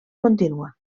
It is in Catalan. contínua